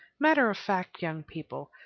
matter-of-fact young people,